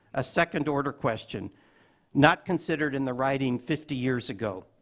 a second order question not considered in the writing fifty years ago.